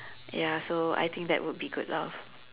ya so I think that would be good lor